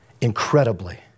incredibly